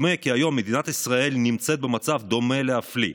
נדמה כי היום מדינת ישראל נמצאת במצב דומה להפליא.